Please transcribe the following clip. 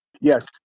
Yes